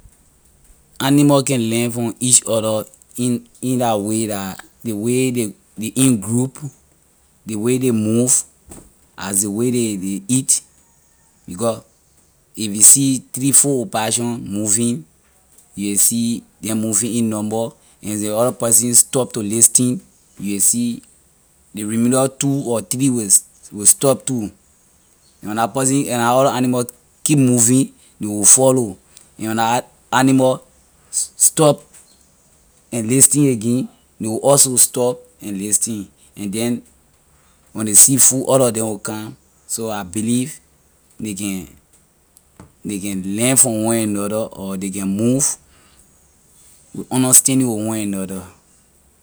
Animal can live on each other in in dah way dah ley way ley in group ley way they move as ley way ley ley ley eat because if you see three four opossum moving you can see neh moving in number and ley other person stop to listen you can see ley remainer two or three will stop too when la person la other animal keep moving they will follow and when la animal stop and listen again ley will also stop and listen and then when ley see food all alor them will come so I believe ley can ley can learn from one another or ley can move with understanding with one another.